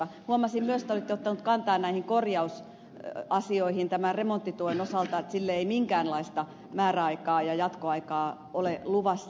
huomasin myös kun te olitte ottanut kantaa näihin korjausasioihin tämän remonttituen osalta että sille ei minkäänlaista määräaikaa ja jatkoaikaa ole luvassa